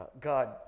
God